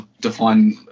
define